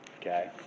Okay